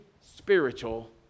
spiritual